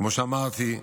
כמו שאמרתי,